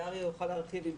ואם תרצו, אריה יוכל להרחיב.